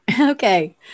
Okay